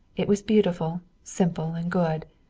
it was beautiful, simple and good.